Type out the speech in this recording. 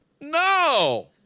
no